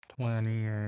Twenty-eight